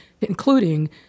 including